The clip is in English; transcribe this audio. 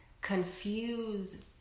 confuse